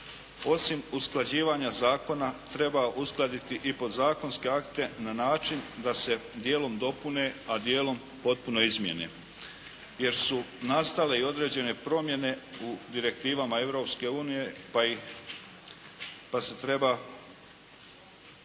Osim usklađivanja zakona treba uskladiti i podzakonske akte na način da se dijelom dopune a dijelom potpuno izmijene jer su nastale i određene promjene u direktivama Europske